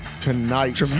tonight